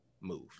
move